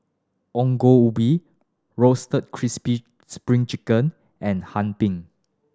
Ongol Ubi Roasted Crispy Spring Chicken and Hee Pan